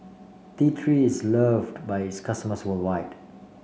T Three is loved by its customers worldwide